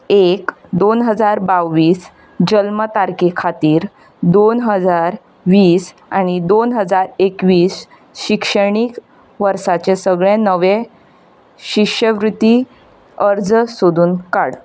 एक दोन हजार बावीस जल्म तारके खातीर दोन हजार वीस आनी दोन हजार एकवीस शिक्षणीक वर्साचे सगळे नवे शिश्यवृती अर्ज सोदून काड